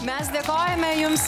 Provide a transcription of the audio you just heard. mes dėkojame jums